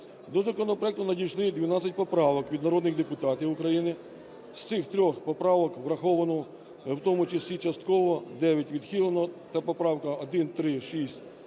До законопроекту надійшли 12 поправок від народних депутатів України. З цих 3 поправок враховано, в тому числі частково, дев'ять – відхилено та поправки 1, 3, 6,